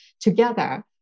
together